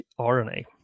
RNA